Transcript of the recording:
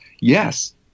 yes